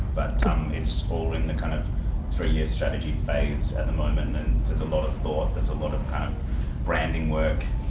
but it's all in the kind of three year strategy phase at the moment, and then there's a lot of thought, there's a lot of kind of branding work,